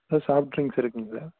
sir soft drinks இருக்குதுங்க sir